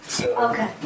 Okay